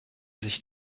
sich